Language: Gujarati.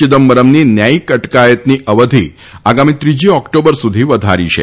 ચિદમ્બરમની ન્યાચિક અટકાયતની અવધી આગામી ત્રીજી ઓક્ટોબર સુધી વધારી છે